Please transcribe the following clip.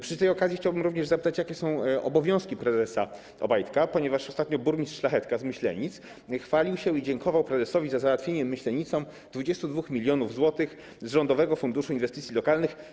Przy tej okazji chciałbym również zapytać, jakie są obowiązki prezesa Obajtka, ponieważ ostatnio burmistrz Szlachetka z Myślenic chwalił się i dziękował prezesowi za załatwienie Myślenicom 22 mln zł z Rządowego Funduszu Inwestycji Lokalnych.